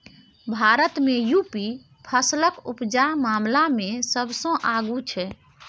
भारत मे युपी फसलक उपजा मामला मे सबसँ आगु छै